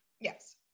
Yes